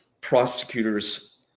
prosecutors